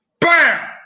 Bam